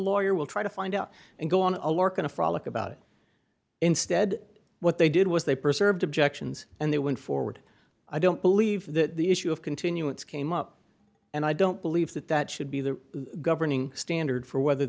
lawyer will try to find out and go on a lark and frolic about it instead what they did was they preserved objections and they went forward i don't believe that the issue of continuance came up and i don't believe that that should be the governing standard for whether